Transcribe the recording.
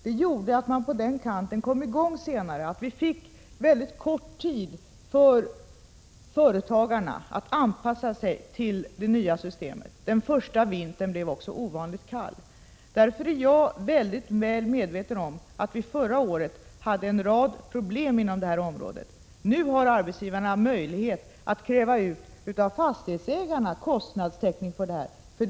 Det gjorde att man på den kanten kom i gång senare, att företagarna fick mycket kort tid på sig att anpassa sig till det nya systemet. Den första vintern blev också ovanligt kall. Därför är jag väl medveten om att man förra året hade en rad problem. Nu har arbetsgivarna möjlighet att av fastighetsägarna utkräva kostnadsersättning.